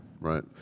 right